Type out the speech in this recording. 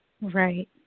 Right